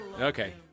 Okay